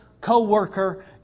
co-worker